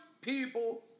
people